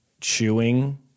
chewing